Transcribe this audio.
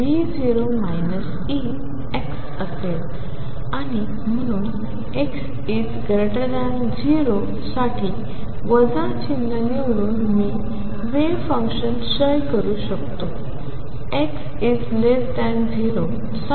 आणि म्हणून x0 साठी वजा चिन्ह निवडून मी वेव्ह फंक्शन क्षय करू शकतो